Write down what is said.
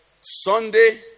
sunday